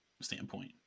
standpoint